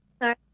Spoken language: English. Sorry